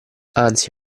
anzi